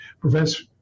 prevents